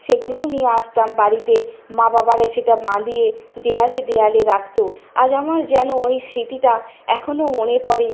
সেগুলোও নিয়ে আসতাম বাড়িতে মা বাবা আরে সেটা বাঁধিয়ে দেওয়ালে দেওয়ালে রাখত আজ আমার যেন ওই স্মৃতিটা এখনও মনে পড়ে